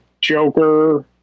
Joker